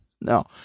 No